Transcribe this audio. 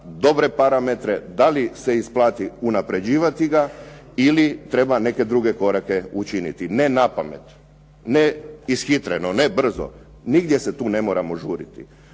dobre parametre da li se isplati unapređivati ga ili treba neke druge korake učiniti. Ne napamet, ne ishitreno, ne brzo, nigdje se tu ne moramo žuriti.